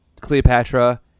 Cleopatra